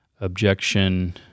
objection